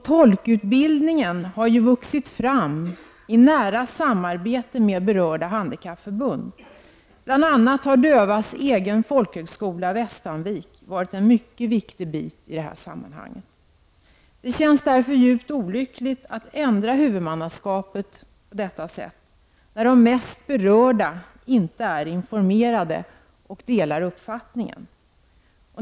Tolkutbildningen har vuxit fram i nära samarbete med berörda handikappförbund. Bl.a. har de dövas egen folkhögskola, Västanvik, varit en mycket viktig bit i det här sammanhanget. Det känns därför djupt olyckligt att ändra huvudmannaskapet på detta sätt, när de mest berörda inte är informerade och delar uppfattningen.